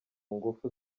ngufu